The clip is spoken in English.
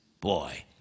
boy